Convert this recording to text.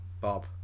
Bob